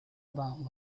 about